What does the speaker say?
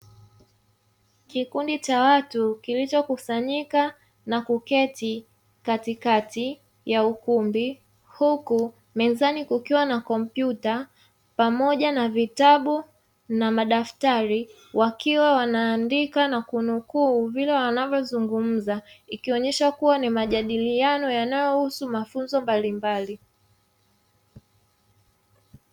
Kikundi cha watu kilichokusanyika na kuketi katikati ya ukumbi, huku mezani kukiwa na kompyuta pamoja na vitabu na madaftari wakiwa wanaandika na kunukuu vile wanavyozungumza ikionyesha kuwa ni majadiliano yanayohusu mafunzo mbalimbali.